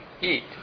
eat